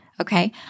Okay